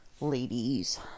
ladies